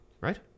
Right